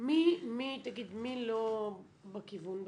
מי לא בכיוון בכלל?